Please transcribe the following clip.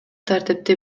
тартипти